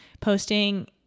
posting